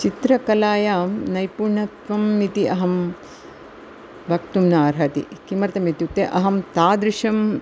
चित्रकलायां नैपुणत्वम् इति अहं वक्तुं न अर्हति किमर्थम् इत्युक्ते अहं तादृशम्